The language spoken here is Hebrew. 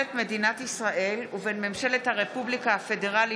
הסכם בין ממשלת מדינת ישראל ובין ממשלת הרפובליקה ההלנית